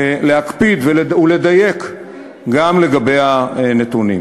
להקפיד ולדייק גם לגבי הנתונים.